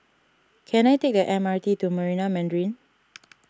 can I take the M R T to Marina Mandarin